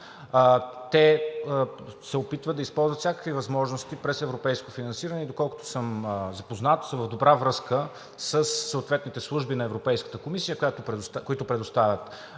имат. Опитват се да използват всякакви възможности през европейско финансиране и доколкото съм запознат, са в добра връзка със съответните служби на Европейската комисия, които предоставят